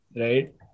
right